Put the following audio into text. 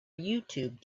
youtube